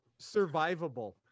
survivable